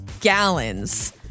gallons